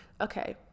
okay